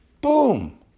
Boom